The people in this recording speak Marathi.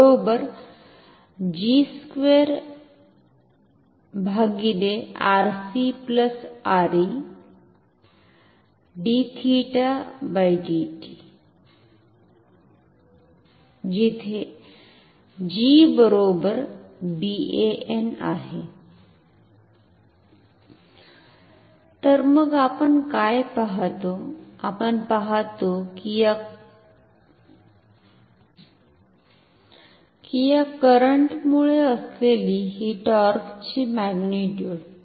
आपण पाहतो की या करंटमुळे असलेली हि टॉर्कची मॅग्निट्युड